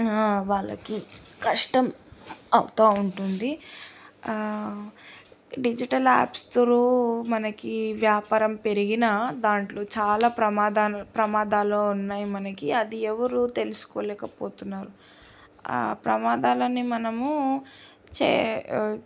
వాళ్ళకి కష్టం అవుతూ ఉంటుంది డిజిటల్ యాప్స్తో రో మనకి వ్యాపారం పెరిగినా దాంట్లో చాలా ప్రమాదాలు ప్రమాదాలు ఉన్నాయి మనకి అది ఎవరూ తెలుసుకోలేకపోతున్నారు ప్రమాదాలని మనము చే